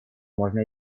можно